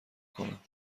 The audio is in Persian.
کنم